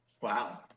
Wow